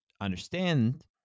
understand